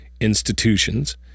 institutions